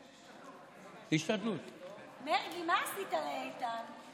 מרגי, מה עשית לאיתן?